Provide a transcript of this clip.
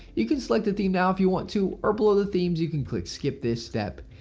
you can select a theme now if you want too or below the themes you can click skip this step.